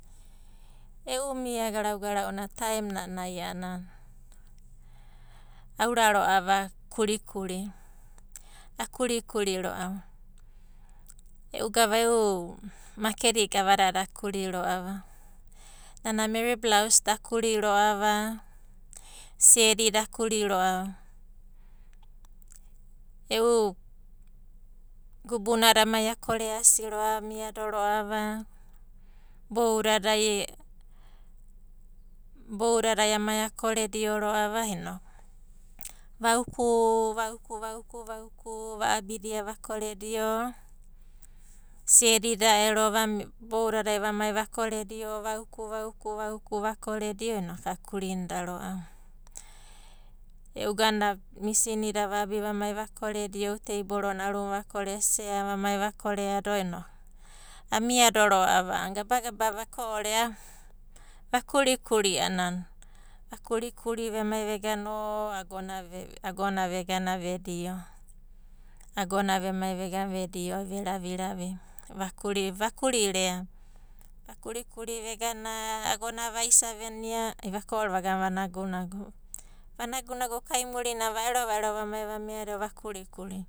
E'u mia garau garau garau na aemnanai a'anana aura ro'ava kurikuri. A kurikuri ro'ava e'u makedida gavadada a kuro ro'ava. Nana meri blaos da akuri ro'ava, siedidai akuri ro'ava. E'u gubunada amai akoreasi ro'ava amido ro'ava, boudadai amai akoredio ro'ava inoku, vauku, vauku, vauku va'abidia vakoredio, siedida ero boudadai vamai vakoredio, vauku, vauku va koredio inoku akurinida ro'ava. E'u misinida va'abi vamai va koredio, teiborona arunanai vakore, seana vamai va koreadio inoku amiado ro'ava a'ana, va kurikuri vemai vegana agona vegana vedio. Agona vemai vegana vedio ai veraviravi va kuri, vakuri rea, va kurikuri vegana agona vaisavenia ai veko'ore vagana va nagunagu. Va nagunagu kaimurinanai va'ero vamai vamiado va kurikuri.